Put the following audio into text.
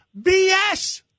BS